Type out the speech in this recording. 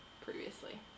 previously